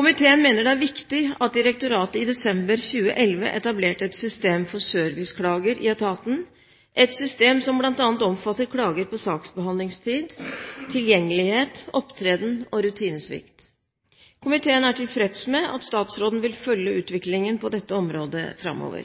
Komiteen mener det er viktig at direktoratet i desember 2011 etablerte et system for serviceklager i etaten, et system som bl.a. omfatter klager på saksbehandlingstid, tilgjengelighet, opptreden og rutinesvikt. Komiteen er tilfreds med at statsråden vil følge utviklingen på dette området framover.